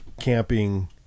camping